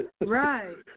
Right